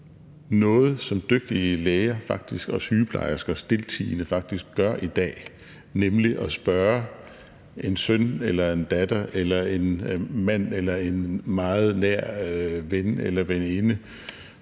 noget, som dygtige læger og sygeplejersker faktisk stiltiende gør i dag, nemlig at spørge en søn, en datter, en mand eller en meget nær ven eller veninde: